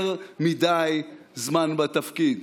יותר מדי זמן בתפקיד.